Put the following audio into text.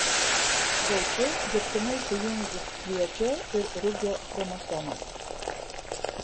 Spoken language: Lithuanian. gauti dirbtinai sujungus kviečio ir rugio chromosomas